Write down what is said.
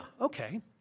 okay